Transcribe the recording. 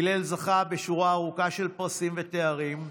הלל זכה בשורה ארוכה של פרסים ותארים,